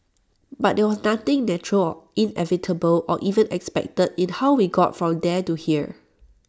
but there was nothing natural or inevitable or even expected in how we got from there to here